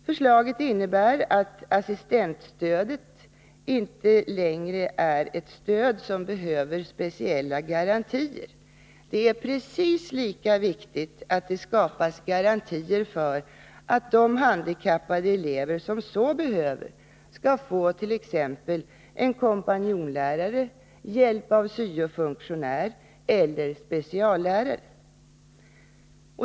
Förslaget innebär att assistentstödet inte längre är ett stöd som behöver speciella garantier. Det är precis lika viktigt att det skapas garantier för att de handikappade elever som så behöver skall få t.ex. en kompanjonlärare, hjälp av syofunktionärer eller speciallärare.